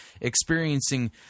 experiencing